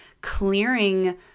clearing